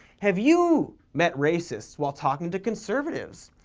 have you met racists while talking to conservatives?